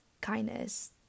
kindness